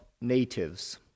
natives